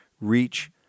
Reach